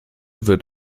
wird